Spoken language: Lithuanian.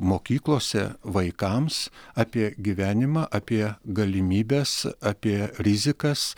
mokyklose vaikams apie gyvenimą apie galimybes apie rizikas